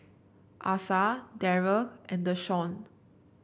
Asa Derrek and Deshaun